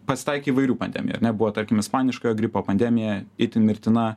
pasitaikė įvairių pandemijų ar ne buvo tarkim ispaniškojo gripo pandemija itin mirtina